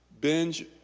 binge